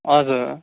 हजुर